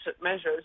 measures